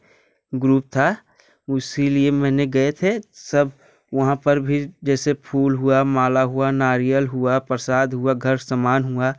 group था उसीलिए मैंने गए थे सब वहाँ पर भी जैसे फूल हुआ माला हुआ नारियल हुआ प्रसाद हुआ घर सामान हुआ